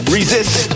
Resist